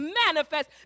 manifest